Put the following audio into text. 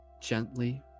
gently